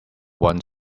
one